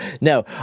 no